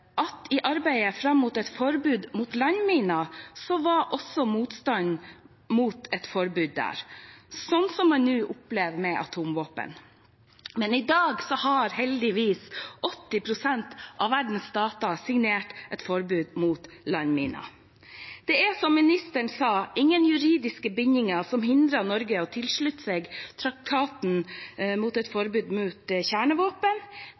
at i arbeidet fram mot et forbud mot landminer var det også motstand mot et forbud der, slik som man nå opplever med atomvåpen. Men i dag har heldigvis 80 pst. av verdens stater signert et forbud mot landminer. Det er – som utenriksministeren sa – ingen juridiske bindinger som hindrer Norge i å tilslutte seg traktaten om et forbud mot kjernevåpen.